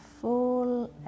full